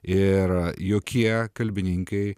ir jokie kalbininkai